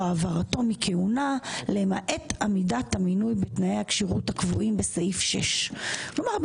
העברתו מכהונה למעט עמידת המינוי בתנאי הכשירות הקבועים בסעיף 6". כלומר,